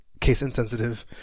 case-insensitive